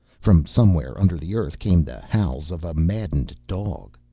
from somewhere under the earth came the howls of a maddened dog.